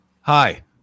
hi